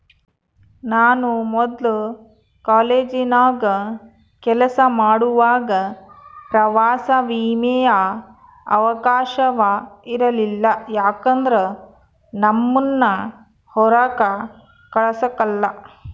ನಾನು ಮೊದ್ಲು ಕಾಲೇಜಿನಾಗ ಕೆಲಸ ಮಾಡುವಾಗ ಪ್ರವಾಸ ವಿಮೆಯ ಅವಕಾಶವ ಇರಲಿಲ್ಲ ಯಾಕಂದ್ರ ನಮ್ಮುನ್ನ ಹೊರಾಕ ಕಳಸಕಲ್ಲ